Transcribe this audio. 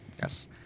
Yes